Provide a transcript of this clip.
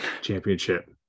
championship